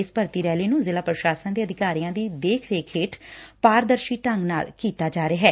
ਇਸ ਭਰਤੀ ਰੈਲੀ ਨੂੰ ਜ਼ਿਲ਼ਾ ਪ੍ਰਸਾਸ਼ਨ ਦੇ ਅਧਿਕਾਰੀਆਂ ਦੇ ਦੇਖ ਰੇਖ ਹੇਠ ਪਾਰਦਰਸ਼ੀ ਢੰਗ ਨਾਲ ਕੀਤਾ ਜਾ ਰਿਹੈ